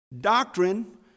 Doctrine